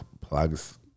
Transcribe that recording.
plugs